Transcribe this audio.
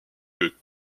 que